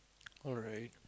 alright